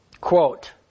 Quote